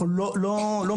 אנחנו לא מרפים.